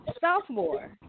sophomore